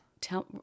Tell